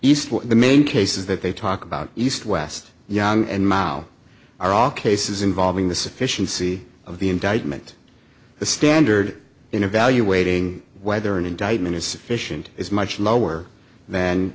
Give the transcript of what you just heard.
east the main case is that they talk about east west young and mao are all cases involving the sufficiency of the indictment the standard in evaluating whether an indictment is sufficient is much lower